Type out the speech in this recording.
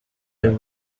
y’u